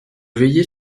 veillez